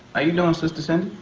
ah you know sister cindy?